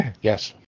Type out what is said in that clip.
Yes